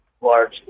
large